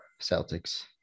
celtics